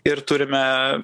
ir turime